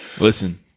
Listen